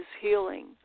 healing